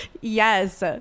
yes